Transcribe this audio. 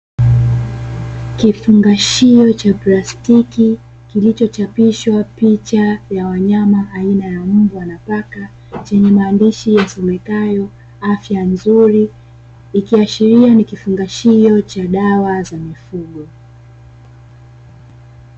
Kifungashio cha plastiki kilichochapishwa picha ya wanyama aina ya mbwa na paka, chenye maandishi yasomekayo "afya nzuri" ikiashiria ni kifungashio cha dawa za mifugo.